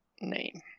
name